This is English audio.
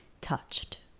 touched